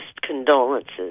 condolences